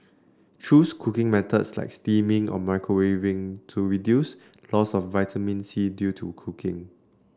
choose cooking methods like steaming or microwaving to reduce loss of vitamin C due to cooking